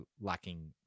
lacking